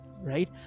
right